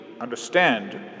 understand